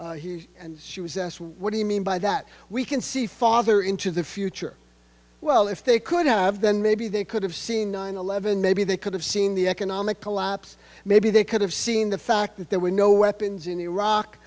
nation and she was asked what do you mean by that we can see farther into the future well if they could have then maybe they could have seen nine eleven maybe they could have seen the economic collapse maybe they could have seen the fact that there were no weapons in iraq